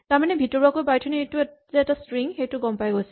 তাৰমানে ভিতৰুৱাকৈ পাইথন এ এইটো যে এটা ষ্ট্ৰিং সেইটো গম পাই গৈছে